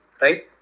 right